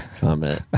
comment